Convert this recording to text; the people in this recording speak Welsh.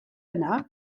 yna